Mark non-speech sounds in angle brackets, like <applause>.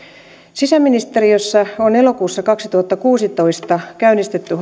sisäministeriössä on elokuussa kaksituhattakuusitoista käynnistetty <unintelligible>